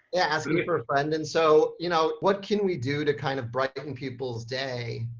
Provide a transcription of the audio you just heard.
asking for a friend. and so, you know, what can we do to kind of brighten people's day